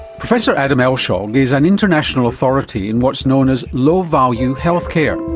professor adam elshaug is an international authority in what is known as low value healthcare,